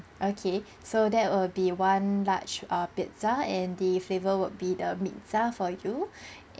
okay so that will be one large err pizza and the flavour would be the mixer for you